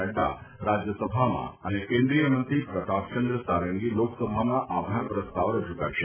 નડ્ રાજ્યસભામાં અને કેન્દ્રીય મંત્રી પ્રતાપયંદ્ર સારંગી લોકસભામાં આભાર પ્રસ્તાવ રજુ કરશે